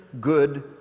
good